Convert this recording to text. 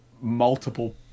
multiple